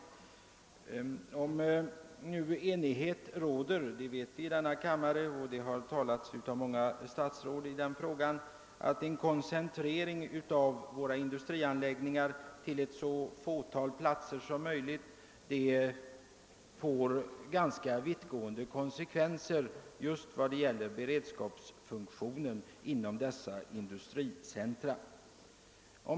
Enighet råder — vi vet att så är fallet både i denna kammare och bland de olika statsråd som yttrat sig i frågan — om att koncentrera industrianläggningarna till så få platser i landet som möjligt, men detta får ganska vittgående konsekvenser just för beredskapsfunktionen inom dessa centra.